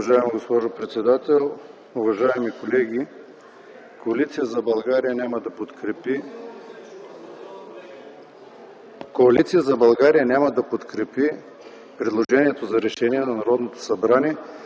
уважаема госпожо председател. Уважаеми колеги! Коалиция за България няма да подкрепи предложението на Народното събрание